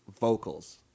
vocals